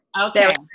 Okay